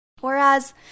Whereas